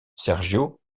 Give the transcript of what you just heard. sergio